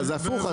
אז הפוך,